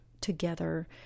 together